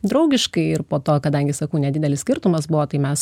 draugiškai ir po to kadangi sakau nedidelis skirtumas buvo tai mes